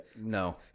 No